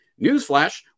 newsflash